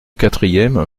quatrième